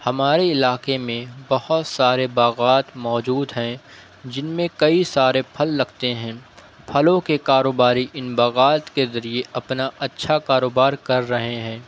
ہمارے علاقے میں بہت سارے باغات موجود ہیں جن میں کئی سارے پھل لگتے ہیں پھلوں کے کاروباری ان باغات کے ذریعے اپنا اچھا کاروبار کر رہے ہیں